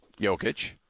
Jokic